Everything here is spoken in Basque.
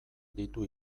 ditu